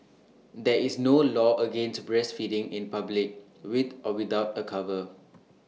there is no law against breastfeeding in public with or without A cover